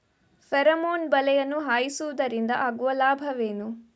Pheromone ಬಲೆಯನ್ನು ಹಾಯಿಸುವುದರಿಂದ ಆಗುವ ಲಾಭವೇನು?